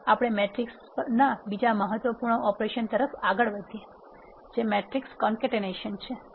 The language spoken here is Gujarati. આગળ આપણે મેટ્રિક્સ પરના બીજા મહત્વપૂર્ણ ઓપરેશન તરફ આગળ વધીએ જે મેટ્રિક્સ કોન્કેટેનેશન છે